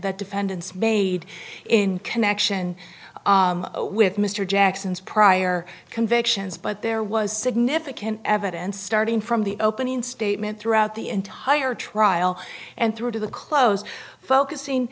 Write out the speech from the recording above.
that defendants made in connection with mr jackson's prior convictions but there was significant evidence starting from the opening statement throughout the entire trial and through to the close focusing